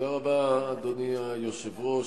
אדוני היושב-ראש,